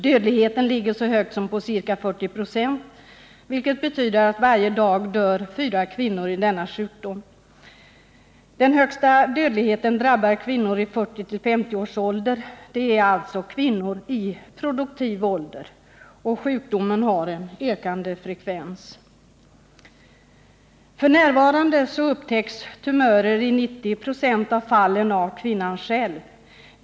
Dödligheten är så hög som ca 40 96, vilket betyder att varje dag dör fyra kvinnor i denna sjukdom. Den högsta dödligheten drabbar kvinnor i 40-50 års ålder; det är alliså kvinnor i produktiv ålder. Sjukdomen har en ökande frekvens. F. n. upptäcks tumörer i 90 96 av fallen av kvinnan själv.